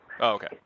okay